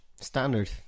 Standard